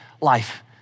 life